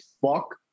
fuck